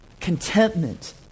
contentment